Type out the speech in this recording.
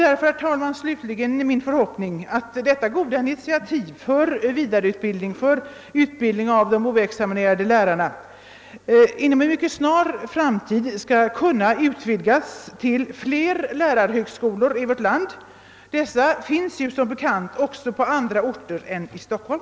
Därför är det slutligen min förhoppning, herr talman, att detta goda initiativ för utbildning av de oexaminerade lärarna inom en mycket snar framtid skall kunna utvidgas till flera lärarhögskolor i vårt land. Sådana finns som bekant också på andra orter än i Stockholm.